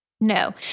No